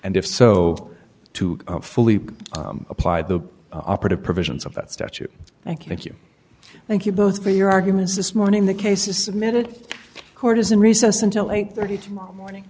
and if so to fully apply the operative provisions of that statute thank you thank you thank you both for your arguments this morning the case is submitted court is in recess until eight thirty tomorrow morning